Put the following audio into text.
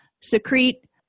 Secrete